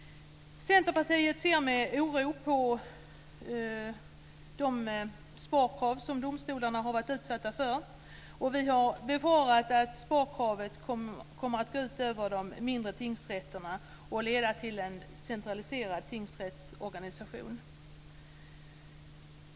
Centerpartiet ser med oro på de sparkrav som domstolarna har varit utsatta för. Vi har befarat att sparkravet kommer att gå ut över de mindre tingsrätterna och leda till en centraliserad tingsrättsorganisation.